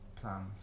plans